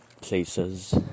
places